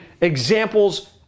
examples